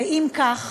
ואם כך,